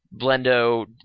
Blendo